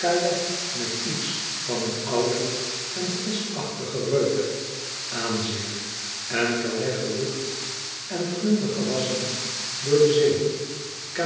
met iets van een ouden en vischachtigen reuk aan zich en calais gelucht en glunder gewasschen door de zee